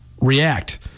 react